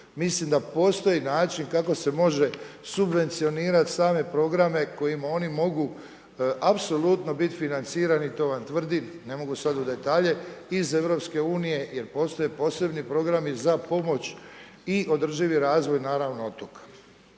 Mislim da postoji način kako se može subvencionirati same programe kojima oni mogu apsolutno biti financirani, to vam tvrdim, ne mogu sad u detalje, iz EU-a jer postoje posebni programi za pomoć i održivi razvoj, naravno otoka.